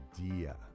idea